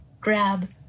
grab